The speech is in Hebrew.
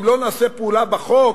אם לא נעשה פעולה בחוק,